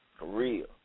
real